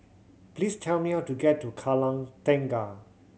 please tell me how to get to Kallang Tengah